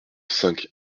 cinq